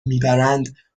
میبرند